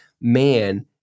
man